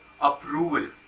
Approval